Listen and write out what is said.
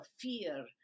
fear